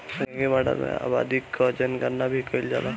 सांख्यिकी माडल में आबादी कअ जनगणना भी कईल जाला